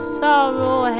sorrow